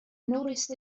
noticed